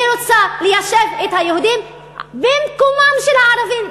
היא רוצה ליישב את היהודים במקומם של הערבים.